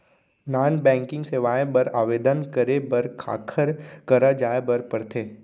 non banking सेवाएं बर आवेदन करे बर काखर करा जाए बर परथे